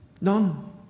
None